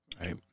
Right